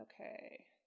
Okay